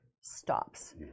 stops